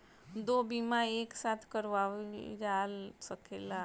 दो बीमा एक साथ करवाईल जा सकेला?